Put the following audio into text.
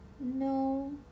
no